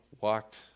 walked